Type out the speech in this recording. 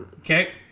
Okay